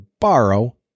borrow